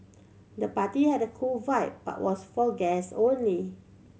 the party had a cool vibe but was for guests only